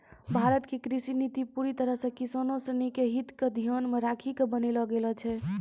भारत के कृषि नीति पूरी तरह सॅ किसानों सिनि के हित क ध्यान मॅ रखी क बनैलो गेलो छै